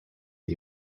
the